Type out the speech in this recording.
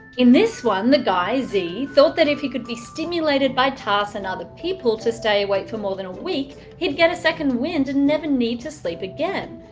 in this one, the guy, z, thought that if he could be stimulated by tasks and other people to stay awake for more than a week, he'd get a second wind and never need to sleep again.